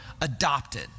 adopted